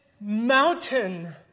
mountain